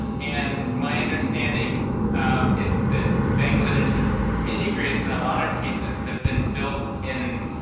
and my understanding is that bangladesh's mini-grids in a lot of cases have been built in